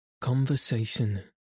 Conversation